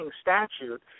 statute